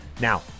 Now